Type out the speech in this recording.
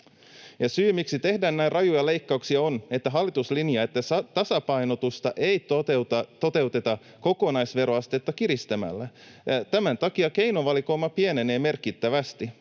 Syy, miksi tehdään näin rajuja leikkauksia, on se, että hallitus linjaa, että tasapainotusta ei toteuteta kokonaisveroastetta kiristämällä. Tämän takia keinovalikoima pienenee merkittävästi.